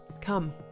Come